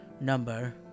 number